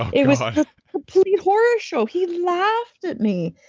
it was a complete horror show. he laughed at me.